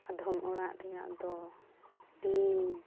ᱟᱫᱷᱚᱢ ᱚᱲᱟᱜ ᱨᱮᱭᱟᱜ ᱫᱚ ᱴᱤᱱ